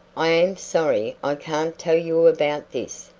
i am sorry i can't tell you about this,